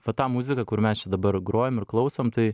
vat tą muziką kur mes čia dabar grojam ir klausom tai